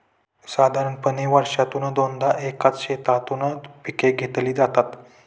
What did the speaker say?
साधारणपणे वर्षातून दोनदा एकाच शेतातून पिके घेतली जातात